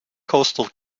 coastal